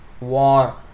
war